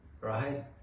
right